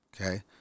Okay